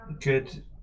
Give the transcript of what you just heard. good